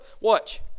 Watch